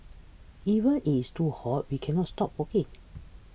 even it's too hot we cannot stop working